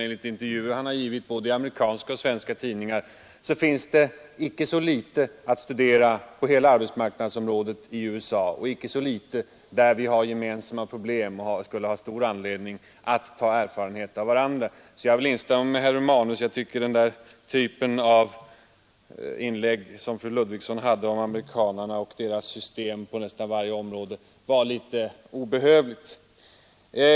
Enligt intervjuer som han givit i både amerikanska och svenska tidningar anser han att det finns icke så litet att studera när det gäller hela arbetsmarknaden i USA och icke så få områden där vi har gemensamma problem och där vi skulle ha stor anledning att lära av varandras erfarenheter. Jag vill därför instämma med herr Romanus; jag tycker att den typ av inlägg som fru Ludvigsson gjorde om amerikanerna och deras system är obehövlig.